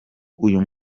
uyu